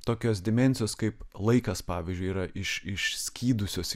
tokios dimensijos kaip laikas pavyzdžiui yra iš išskydusios